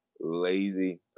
lazy